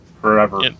forever